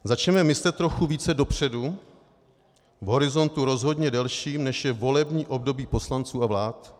Začněme myslet trochu více dopředu v horizontu rozhodně delším, než je volební období poslanců a vlád.